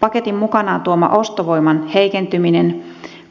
paketin mukanaan tuoma ostovoiman heikentyminen